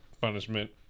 punishment